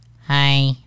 Hi